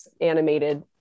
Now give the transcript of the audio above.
animated